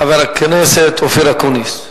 חבר הכנסת אופיר אקוניס.